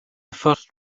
first